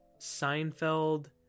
Seinfeld